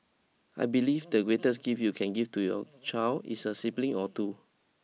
I believe the greatest gift you can give to your child is a sibling or two